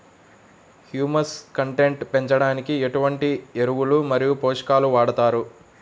Humus content పెంచడానికి ఎటువంటి ఎరువులు మరియు పోషకాలను వాడతారు?